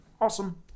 awesome